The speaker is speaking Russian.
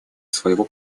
своего